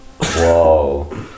Whoa